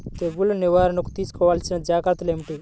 తెగులు నివారణకు తీసుకోవలసిన జాగ్రత్తలు ఏమిటీ?